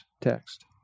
text